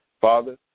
Father